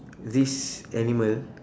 this animal